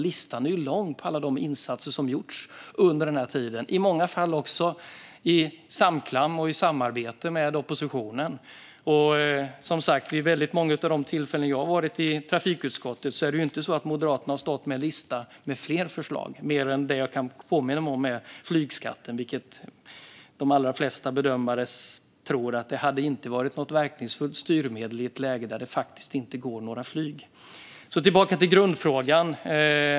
Listan är lång på alla de insatser som har gjorts under den här tiden. I många fall har det också gjorts i samklang och i samarbete med oppositionen. Vid väldigt många av de tillfällen jag har varit i trafikutskottet har inte Moderaterna stått med en lista med fler förslag. Det jag kan påminna mig om gällde flygskatten. De allra flesta bedömare tror att det inte hade varit ett verkningsfullt styrmedel i ett läge där det inte går några flyg. Jag går tillbaka till grundfrågan.